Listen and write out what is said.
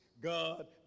God